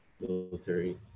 Military